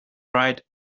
right